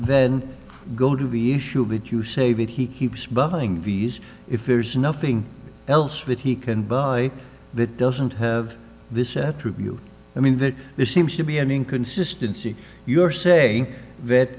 then go to the issue a bit you say that he keeps bubbling vs if there's nothing else that he can buy that doesn't have this attribute i mean that there seems to be an inconsistency you're saying that